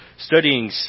studying